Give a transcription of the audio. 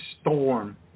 storm